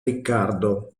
riccardo